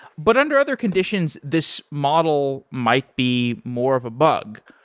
but under other conditions, this model might be more of a bug.